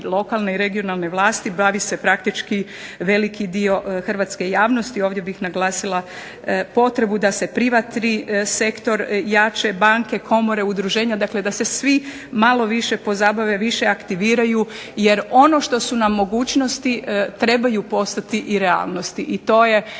lokalne i regionalne vlasti, bavi se praktički veliki dio hrvatske javnosti. Ovdje bih naglasila potrebu da se prva tri sektor jače banke, komore, udruženja dakle da se svi malo više pozabave više aktiviraju jer ono što su nam mogućnosti trebaju postati i realnosti.